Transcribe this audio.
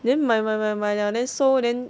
then 买买买买 liao then 收 then